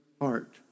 heart